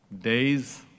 days